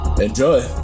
Enjoy